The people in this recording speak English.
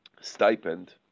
stipend